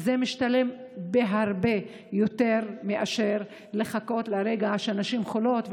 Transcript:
זה משתלם הרבה יותר מלחכות לרגע שנשים חולות,